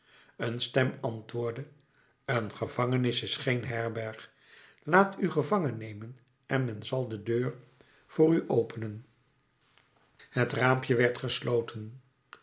een stem antwoordde een gevangenis is geen herberg laat u gevangennemen en men zal de deur voor u openen het raampje werd gesloten